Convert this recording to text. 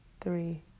three